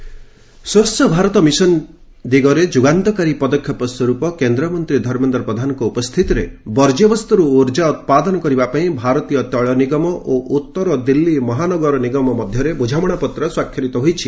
ଧର୍ମେନ୍ଦ୍ର ପ୍ରଧାନ ସ୍ୱଚ୍ଛଭାରତ ମିଶନ ଦିଗରେ ଯୁଗାନ୍ତକାରୀ ପଦକ୍ଷେପ ସ୍ୱରୂପ କେନ୍ଦ୍ରମନ୍ତ୍ରୀ ଧର୍ମେନ୍ଦ୍ର ପ୍ରଧାନଙ୍କ ଉପସ୍ଥିତିରେ ବର୍ଜ୍ୟବସ୍ତୁରୁ ଉର୍ଜା ଉତ୍ପାଦନ କରିବା ପାଇଁ ଭାରତୀୟ ତେଳ ନିଗମ ଓ ଉତ୍ତର ଦିଲ୍ଲୀ ମହାନଗର ନିଗମ ମଧ୍ୟରେ ବୁଝାମଣାପତ୍ର ସ୍ୱାକ୍ଷରିତ ହୋଇଛି